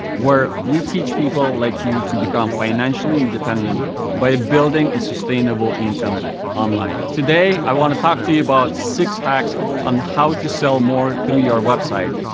where we teach people like you to become financially independent by building a sustainable income online. today i wanna talk to you about six hacks on how to sell more through your website,